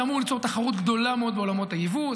זה אמור ליצור תחרות גדולה מאוד בעולמות היבוא,